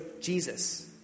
Jesus